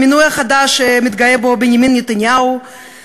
המינוי החדש שבנימין נתניהו מתגאה בו.